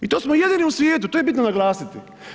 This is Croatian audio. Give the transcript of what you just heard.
I to smo jedini u svijetu, to je bitno naglasiti.